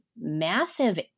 massive